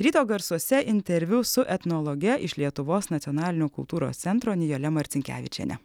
ryto garsuose interviu su etnologe iš lietuvos nacionalinio kultūros centro nijole marcinkevičiene